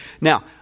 Now